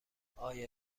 آیا